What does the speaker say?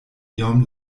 iom